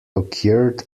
occurred